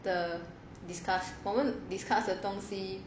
the discuss 我们 discuss 的东西